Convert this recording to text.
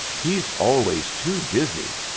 he's always too busy,